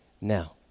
now